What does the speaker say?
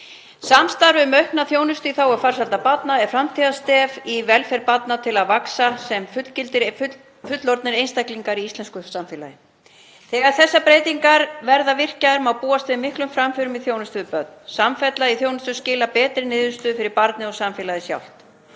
Samstarf um aukna þjónustu í þágu farsældar barna er framtíðarstef í velferð barna til að vaxa sem fullgildir fullorðnir einstaklingar í íslensku samfélagi. Þegar þessar breytingar verða virkjaðar má búast við miklum framförum í þjónustu við börn. Samfella í þjónustu skilar betri niðurstöðu fyrir barnið og samfélagið sjálft.